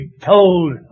told